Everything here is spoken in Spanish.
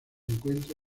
encuentra